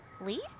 Leaf